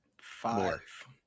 Five